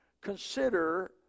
consider